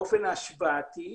באופן השוואתי